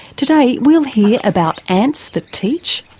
today we'll hear about ants that teach,